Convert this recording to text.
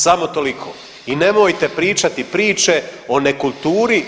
Samo toliko i nemojte pričati priče o nekulturi.